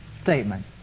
statement